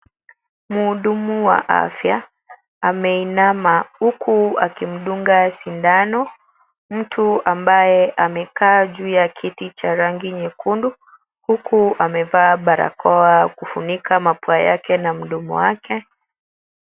Muhudumu wa afya ameinama, huku akimdunga sindano, mtu ambaye amekaa juu ya kiti cha rangi nyekundu, huku amevaa barakoa kufunika mapua yake na mdomo wake.